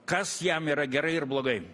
kas jam yra gerai ir blogai